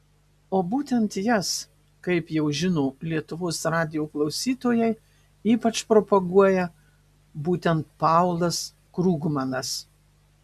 o būtent jas kaip jau žino lietuvos radijo klausytojai ypač propaguoja būtent paulas krugmanas